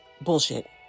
Bullshit